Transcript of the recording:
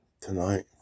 Tonight